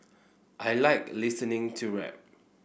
I like listening to rap